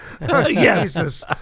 Yes